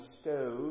stove